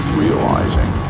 realizing